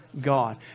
God